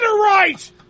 right